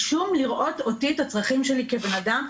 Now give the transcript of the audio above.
בלי שום לראות אותי, את הצרכים שלי כבן אדם.